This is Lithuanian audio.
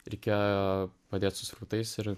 reikėjo padėt su srautais ir